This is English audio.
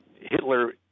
Hitler